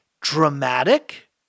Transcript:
dramatic